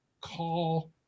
call